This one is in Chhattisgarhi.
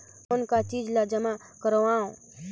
कौन का चीज ला जमा करवाओ?